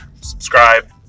subscribe